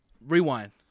Rewind